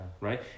Right